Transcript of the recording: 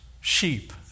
sheep